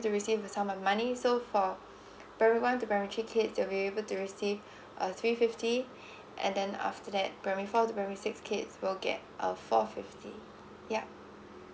receive a sum of money so for primary one to primary three kids they'll be able to receive uh three fifty and then after that primary four to primary six kids will get uh four fifty yup